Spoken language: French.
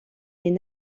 les